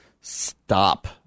stop